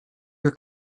your